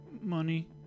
money